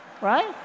Right